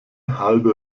halbe